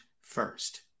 first